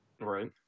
Right